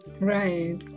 right